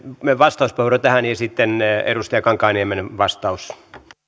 vastauspuheenvuoro tähän ja sitten edustaja kankaanniemen vastaus